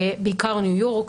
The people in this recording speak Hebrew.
בעיקר ניו יורק,